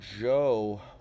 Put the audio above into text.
Joe